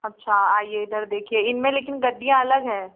अच्छा आइए इधर देखिए इनमें लेकिन गद्दियाँ अलग है